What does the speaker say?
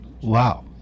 Wow